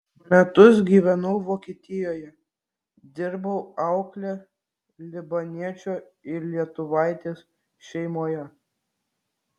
metus gyvenau vokietijoje dirbau aukle libaniečio ir lietuvaitės šeimoje